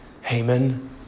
Haman